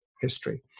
history